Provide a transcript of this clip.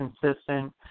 consistent